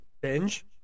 binge